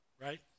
right